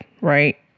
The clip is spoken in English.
right